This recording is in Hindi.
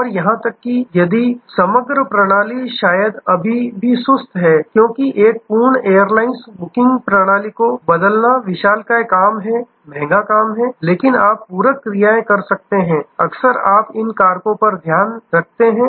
और यहां तक कि यदि समग्र प्रणाली शायद अभी भी सुस्त है क्योंकि एक पूर्ण एयरलाइंस बुकिंग प्रणाली को बदलना विशालकाय काम है महंगा काम है लेकिन आप पूरक क्रियाएं कर सकते हैं अक्सर आप इन कारकों का ध्यान रखते हैं